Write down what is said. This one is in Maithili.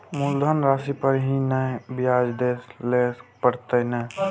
मुलधन राशि पर ही नै ब्याज दै लै परतें ने?